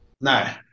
No